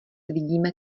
vidíme